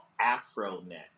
AfroNet